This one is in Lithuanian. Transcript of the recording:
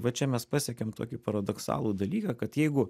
va čia mes pasiekėm tokį paradoksalų dalyką kad jeigu